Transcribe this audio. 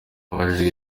abajijwe